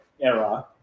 era